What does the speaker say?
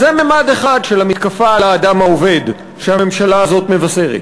אז זה ממד אחד של המתקפה על האדם העובד שהממשלה הזאת מבשרת.